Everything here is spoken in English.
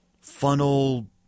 funnel